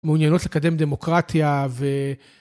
מעוניינות לקדם דמוקרטיה ו...